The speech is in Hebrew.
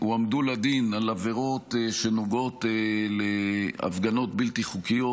שהועמדו לדין על עבירות שנוגעות להפגנות בלתי חוקיות,